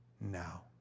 now